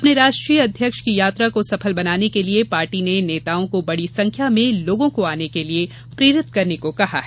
अपने राष्ट्रीय अध्यक्ष की यात्रा को सफल बनाने के लिये पार्टी ने नेताओं को बड़ी संख्या में लोगों को आने हेतु प्रेरित करने को कहा गया है